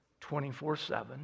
24-7